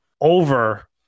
over